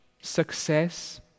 success